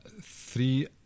three